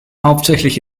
hauptsächlich